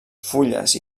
fulles